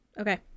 Okay